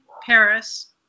Paris